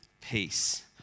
peace